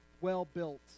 well-built